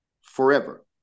forever